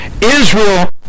Israel